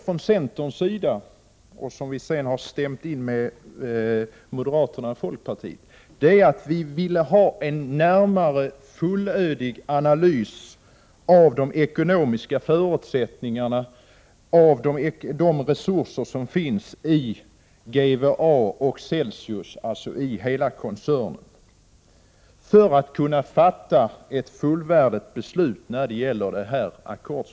Från centern vill vi ha en fullödig analys av de ekonomiska förutsättningarna när det gäller de resurser som finns i GVA och Celsius, dvs. i hela koncernen, för att kunna fatta ett fullvärdigt beslut när det gäller ackordsförfarandet.